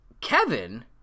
Kevin